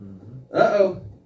Uh-oh